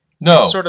No